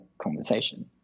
conversation